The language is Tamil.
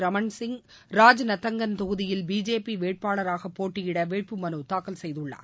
ரமன் சிங் ராஜ்நந்தங்கன் தொகுதியில் பிஜேபி வேட்பாளராக போட்டியிட வேட்பு மனுத்தாக்கல் செய்துள்ளார்